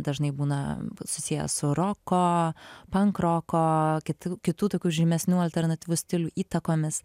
dažnai būna susiję su roko pankroko kitų kitų tokių žymesnių alternatyvus stilių įtakomis